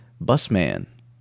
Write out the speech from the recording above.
Busman